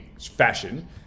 fashion